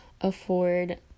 afford